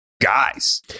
guys